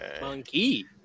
Monkey